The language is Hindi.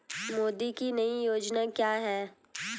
मोदी की नई योजना क्या है?